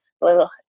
little